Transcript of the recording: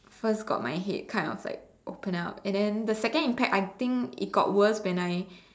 first got my head cut I was like open up and then the second impact I think it got worse when I